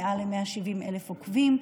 עם מעל 170,000 עוקבים,